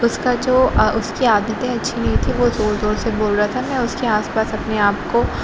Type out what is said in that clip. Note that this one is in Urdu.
اُس کا جو اُس کی عادتیں اچھی نہیں تھی وہ زور زور سے بول رہا تھا میں اُس کے آس پاس اپنے آپ کو